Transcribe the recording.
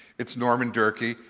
it's norman durkee.